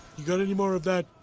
you got anymore of that.